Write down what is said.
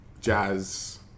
Jazz